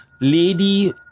lady